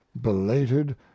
belated